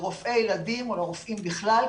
לרופאי ילדים או לרופאים בכלל,